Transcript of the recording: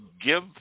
Give